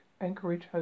Anchorage